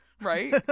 Right